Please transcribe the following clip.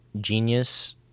Genius